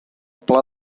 pla